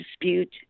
dispute